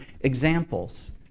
examples